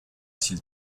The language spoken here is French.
s’il